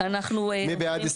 בפרקטיקה,